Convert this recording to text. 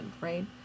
right